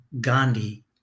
Gandhi